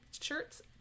shirts